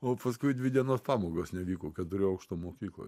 o paskui dvi dienos pamokos nevyko keturių aukštų mokykloj